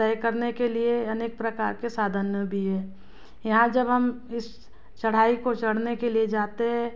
तय करने के लिए अनेक प्रकार के साधन भी है यहाँ जब हम इस चढ़ाई को चढ़ने के लिए जाते है